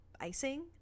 icing